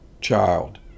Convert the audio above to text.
child